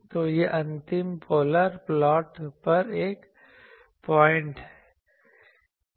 तो यह अंतिम पोलर प्लॉट पर एक पॉइंट है